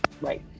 Right